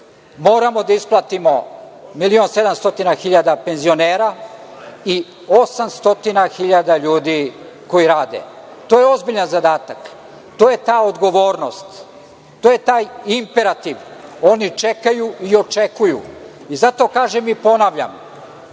Moramo da isplatimo 1.700.000 penzionera i 800.000 ljudi koji rade. To je ozbiljan zadatak. To je ta odgovornost, to je taj imperativ. Oni čekaju i očekuju. Zato kažem i ponavljam